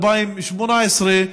2018,